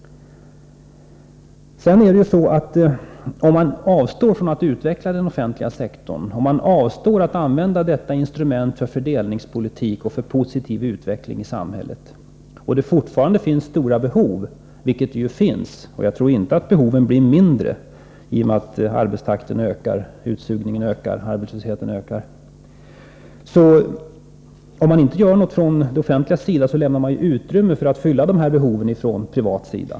Om man avstår från att utveckla den offentliga sektorn och använda detta instrument för fördelningspolitik och positiv utveckling i samhället och det fortfarande finns stora behov, vilket det finns — och jag tror inte att behoven blir mindre i och med att arbetstakten, utsugningen och arbetslösheten ökar — så lämnar man utrymme för att fylla de här behoven från privat sida.